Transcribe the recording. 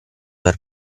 per